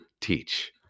teach